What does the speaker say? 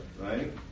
right